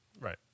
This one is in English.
Right